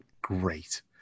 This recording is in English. great